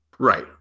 Right